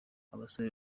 abasore